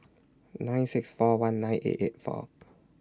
nine six four one nine eight eight four